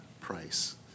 price